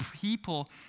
people